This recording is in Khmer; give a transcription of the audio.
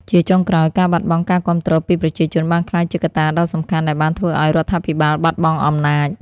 ជាចុងក្រោយ ការបាត់បង់ការគាំទ្រពីប្រជាជនបានក្លាយជាកត្តាដ៏សំខាន់ដែលបានធ្វើឲ្យរដ្ឋាភិបាលបាត់បង់អំណាច។